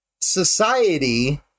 society